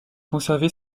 conservé